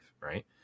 right